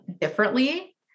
differently